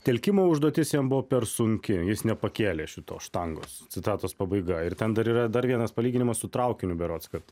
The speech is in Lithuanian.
telkimo užduotis jam buvo per sunki jis nepakėlė šito štangos citatos pabaiga ir ten dar yra dar vienas palyginimas su traukiniu berods kad